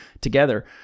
together